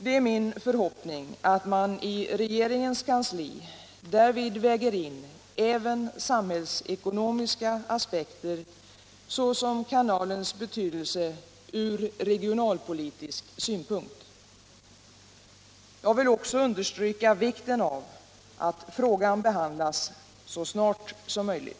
Det är min förhoppning att man i regeringens kansli därvid väger in även samhällsekonomiska aspekter såsom kanalens betydelse från regionalpolitisk synpunkt. Jag vill också understryka vikten av att frågan behandlas så snart som möjligt.